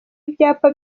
ibyapa